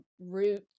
root